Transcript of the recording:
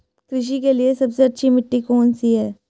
कृषि के लिए सबसे अच्छी मिट्टी कौन सी है?